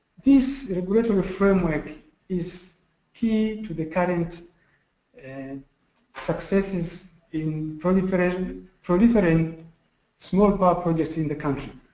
these regulatory framework is key to the current and successes in proliferating proliferating small power projects in the country.